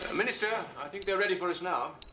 ah minister i think they're ready for us now.